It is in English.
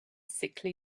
sickly